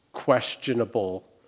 questionable